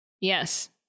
yes